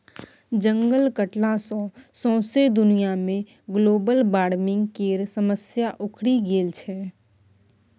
जंगल कटला सँ सौंसे दुनिया मे ग्लोबल बार्मिंग केर समस्या उखरि गेल छै